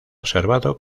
observado